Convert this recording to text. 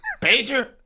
Pager